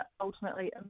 ultimately